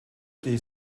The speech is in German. die